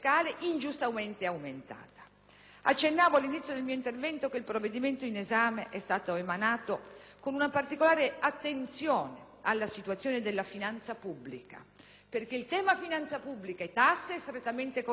Accennavo all'inizio dell'intervento che il provvedimento in esame è stato emanato con una particolare attenzione alla situazione della finanza pubblica, perché il tema della finanza pubblica è strettamente correlato con quello delle tasse, come dimostra la nostra storia.